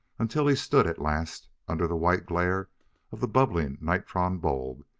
until he stood at last, under the white glare of the bubbling nitron bulb,